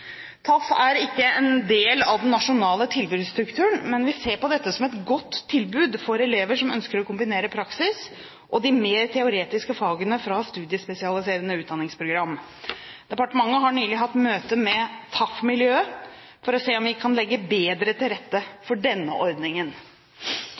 er ikke en del av den nasjonale tilbudsstrukturen, men vi ser på dette som et godt tilbud for elever som ønsker å kombinere praksis med de mer teoretiske fagene fra studiespesialiserende utdanningsprogram. Departementet har nylig hatt møte med «TAF-miljøet» for å se om vi kan legge bedre til rette